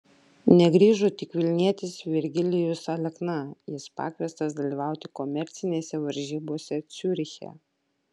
negrįžo tik vilnietis virgilijus alekna jis pakviestas dalyvauti komercinėse varžybose ciuriche